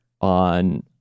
on